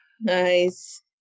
nice